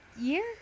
year